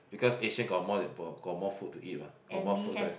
because Asian got more got more food to eat mah got more food choice